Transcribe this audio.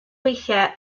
weithiau